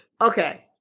okay